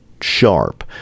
sharp